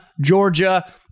georgia